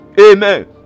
Amen